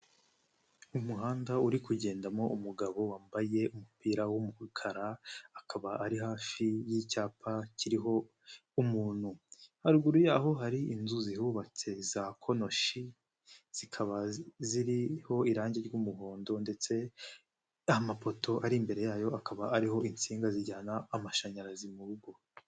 Umuhanda uri kugendamo umugabo wambaye umupira w'umukara. Akaba ari hafi y'icyapa kiriho umuntu. Haruguru yaho hari inzu zihubatse za konoshi. Zikaba ziriho irangi ry'umuhondo ndetse amapoto ari imbere yayo akaba ariho insinga zijyana amashanyarazi mu rugo.